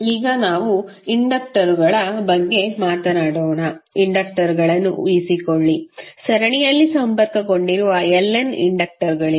ಈಗ ನಾವು ಇಂಡಕ್ಟರುಗಳ ಬಗ್ಗೆ ಮಾತನಾಡೋಣ ಇಂಡಕ್ಟರುಗಳನ್ನು ಊಹಿಸಿಕೊಳ್ಳಿ ಸರಣಿಯಲ್ಲಿ ಸಂಪರ್ಕಗೊಂಡಿರುವ Ln ಇಂಡಕ್ಟರುಗಳಿವೆ